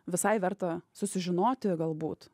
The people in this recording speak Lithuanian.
visai verta susižinoti galbūt